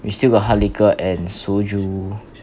we still got hard liquor and soju